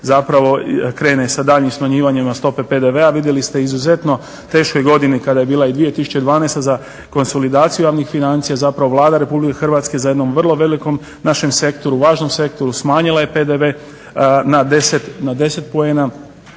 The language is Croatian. zapravo krene sa daljnjim smanjivanjima stope PDV-a. Vidjeli ste u izuzetno teškoj godini kada je bila i 2012. za konsolidaciju javnih financija zapravo Vlada Republike Hrvatske za jednom vrlo velikom našem sektoru, važnom sektoru smanjila je PDV na 10 poena.